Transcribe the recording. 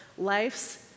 Life's